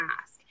ask